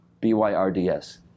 B-Y-R-D-S